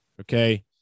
Okay